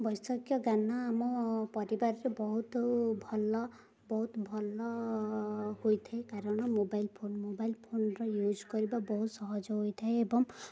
ବୈଷୟିକ ଜ୍ଞାନ ଆମ ପରିବାରର ବହୁତ ଭଲ ବହୁତ ଭଲ ହୋଇଥାଏ କାରଣ ମୋବାଇଲ୍ ଫୋନ୍ ମୋବାଇଲ୍ ଫୋନ୍ର ୟୁଜ୍ କରିବା ବହୁତ ସହଜ ହୋଇଥାଏ ଏବଂ